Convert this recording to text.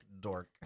dork